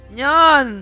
Nyan